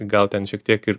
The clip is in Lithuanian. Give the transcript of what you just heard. gal ten šiek tiek ir